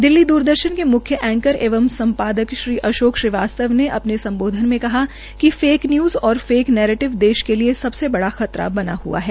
दिल्ली दूरदर्शन के मुख्य एंकर एवं संपादक श्री अशोक श्रीवास्तव ने अपने संबोधन में कहाकि फेक न्यूज और फेक नैरेटिवस देश के लिए सबसे बड़ा खतरा बना हुआ है